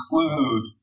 include